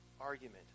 argument